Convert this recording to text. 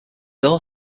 known